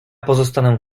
pozostanę